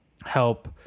help